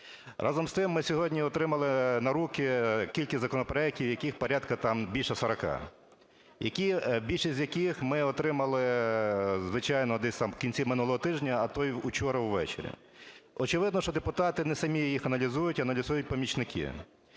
Разом з тим, ми сьогодні отримали на руки кількість законопроектів, яких порядка там більше 40. Більшість з яких ми отримали, звичайно, десь там в кінці минулого тижня, а то і вчора увечері. Очевидно, що депутати не самі їх аналізують, а аналізують помічники.